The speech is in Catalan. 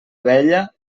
vella